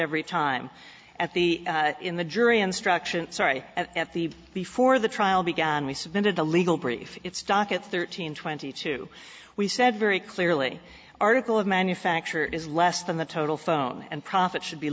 every time at the in the jury instruction sorry at the before the trial began we submitted the legal brief it's docket thirteen twenty two we said very clearly article of manufacture is less than the total phone and profit should be